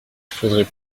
faudrait